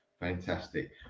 Fantastic